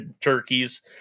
turkeys